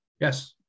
yes